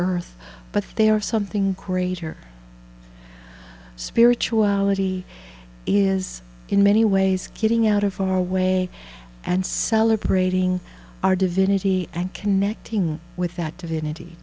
earth but they are something greater spirituality is in many ways getting out of our way and celebrating our divinity and connecting with that divinity